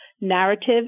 narrative